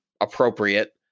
appropriate